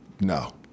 No